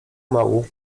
mału